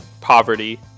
poverty